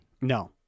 No